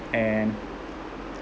and